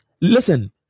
Listen